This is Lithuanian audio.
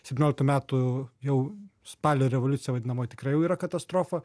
septynioliktų metų jau spalio revoliucija vadinamoji tikrai jau yra katastrofa